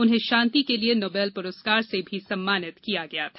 उन्हें शान्ति के लिए नोबल पुरस्कार से भी सम्मानित किया गया था